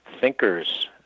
thinkers